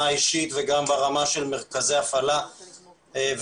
האישית וגם ברמה של מרכזי הפעלה ומוקדים.